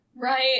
Right